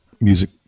music